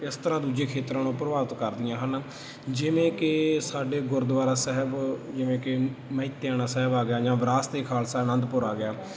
ਇਸ ਤਰ੍ਹਾਂ ਦੂਜੇ ਖੇਤਰਾਂ ਨੂੰ ਪ੍ਰਭਾਵਿਤ ਕਰਦੀਆਂ ਹਨ ਜਿਵੇਂ ਕਿ ਸਾਡੇ ਗੁਰਦੁਆਰਾ ਸਾਹਿਬ ਜਿਵੇਂ ਕਿ ਮਹਿਤੇਆਣਾ ਸਾਹਿਬ ਆ ਗਿਆ ਜਾਂ ਵਿਰਾਸਤ ਏ ਖਾਲਸਾ ਅਨੰਦਪੁਰ ਆ ਗਿਆ